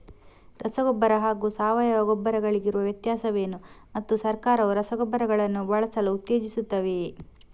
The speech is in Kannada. ರಸಗೊಬ್ಬರ ಹಾಗೂ ಸಾವಯವ ಗೊಬ್ಬರ ಗಳಿಗಿರುವ ವ್ಯತ್ಯಾಸವೇನು ಮತ್ತು ಸರ್ಕಾರವು ರಸಗೊಬ್ಬರಗಳನ್ನು ಬಳಸಲು ಉತ್ತೇಜಿಸುತ್ತೆವೆಯೇ?